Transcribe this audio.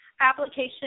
application